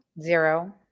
Zero